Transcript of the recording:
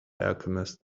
alchemist